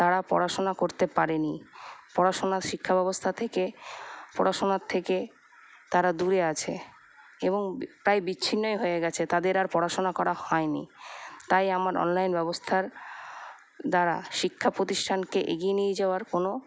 তারা পড়াশোনা করতে পারে নি পড়াশোনার শিক্ষা ব্যবস্থা থেকে পড়াশোনার থেকে তারা দূরে আছে এবং প্রায় বিচ্ছিন্নই হয়ে গেছে তাদের আর পড়াশোনা করা হয় নি তাই আমার অনলাইন ব্যবস্থার দ্বারা শিক্ষা প্রতিষ্ঠানকে এগিয়ে নিয়ে যাওয়ার কোনো